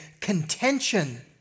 contention